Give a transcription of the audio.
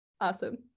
awesome